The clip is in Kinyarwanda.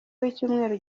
w’icyumweru